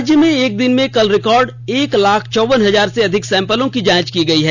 राज्य में एक दिन में कल रिकॉर्ड एक लाख चौवन हजार से अधिक सैंपल की जांच की गई है